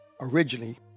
originally